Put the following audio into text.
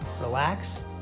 relax